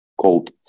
called